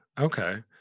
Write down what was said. Okay